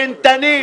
נהנתנים.